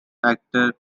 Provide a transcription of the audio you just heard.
actor